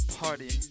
party